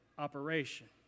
Operation